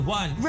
one